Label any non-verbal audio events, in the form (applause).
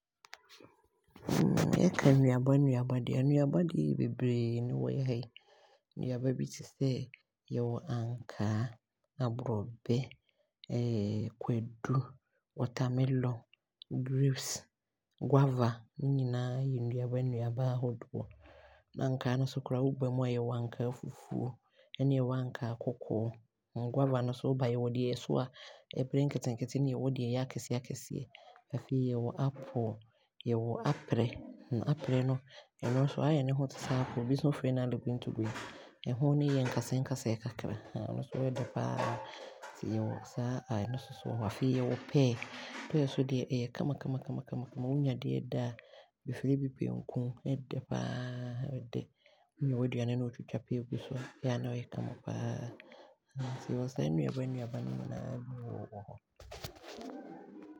Yɛka nnuaba nnuaba deɛ a, nnuaba deɛ ɛyɛ beberee na ɛwɔ yɛn ha yi, nnuaba bi tesɛ yɛwɔ ankaa, abrɔbɛ, kwadu, watermelon, grapes, guava ne nyinaa yɛ nnuaba nuaba ahodoɔ. Na ankaa no so koraa woba mu a yɛwɔ ankaa fufuo ne ankaa kɔkɔɔ, ne guava no nso yɛwɔ deɛ ɛso a ɛbere nketenkete ne nea ɛyɛ akɛseɛ akɛseɛ. Afei yɛwɔ apple ne yɛwɔ aprɛ, (hesitation) aprɛ no ɛno nso ayɛ ne ho te sɛ apple no, ɛbinom nso frɛ no aleguitugui, ɛho no yɛ nkasɛe nkasɛe kakra, (hesitation) ɛno nso ɛɛdɛ paa, nti yɛwɔ saa ɛno nso wɔ hɔ. Afei wowɔ pear, pear nso deɛ ɛyɛ kamakama kamakama paaa, wonya deɛ ɛɛdɛ a, yɛfrɛ bi pear nkuu ɛɛdɛ paa, ɛɛdɛ. Wonya w'aduane na wotwitwa pear gu so a, ɛyɛ a na ɛyɛ kama kama paa. Nti yɛwɔ saa nnuaba nnuaba no nyinaa bi wo wɔ hɔ.